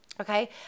Okay